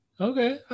okay